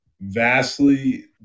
vastly